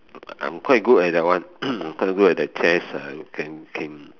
I'm quite good at that one I'm quite good at the chess can can